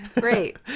great